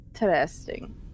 Interesting